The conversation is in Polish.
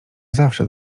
zawsze